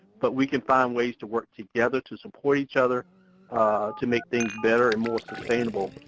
but we can find ways to work together to support each other to make things better and more sustainable.